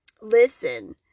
listen